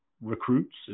recruits